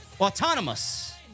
Autonomous